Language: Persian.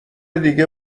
دیگه